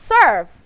serve